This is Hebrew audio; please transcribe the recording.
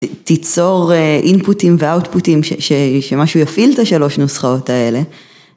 תיצור אינפוטים ואוטפוטים שמשהו יפעיל את השלוש נוסחאות האלה.